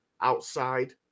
outside